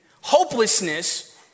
hopelessness